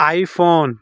I phone